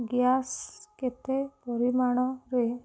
gas କେତେ ପରିମାଣରେ